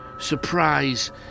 Surprise